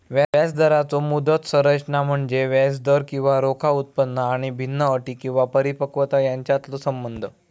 व्याजदराचो मुदत संरचना म्हणजे व्याजदर किंवा रोखा उत्पन्न आणि भिन्न अटी किंवा परिपक्वता यांच्यातलो संबंध